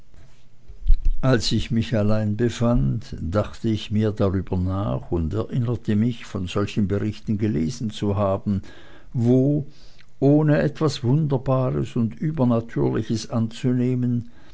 als ich mich allein befand dachte ich mehr darüber nach und erinnerte mich von solchen berichten gelesen zu haben wo ohne etwas wunderbares und übernatürliches anzunehmen